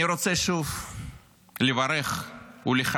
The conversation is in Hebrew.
אני רוצה שוב לברך ולחזק